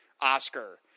Oscar